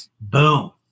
boom